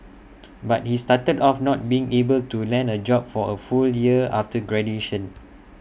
but he started off not being able to land A job for A full year after graduation